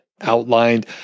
outlined